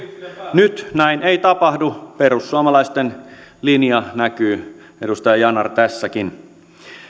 nyt näin ei tapahdu perussuomalaisten linja näkyy edustaja yanar tässäkin